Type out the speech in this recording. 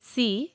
C